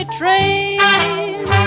train